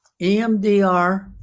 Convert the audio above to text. EMDR